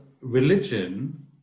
religion